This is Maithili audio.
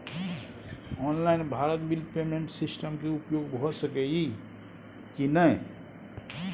Online Bharat bill payment system के उपयोग भ सके इ की नय?